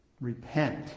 repent